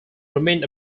remained